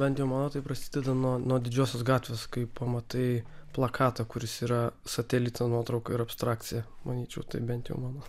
bent jau mano tai prasideda nuo nuo didžiosios gatvės kai pamatai plakatą kuris yra satelito nuotrauka ir abstrakcija manyčiau tai bent jau mano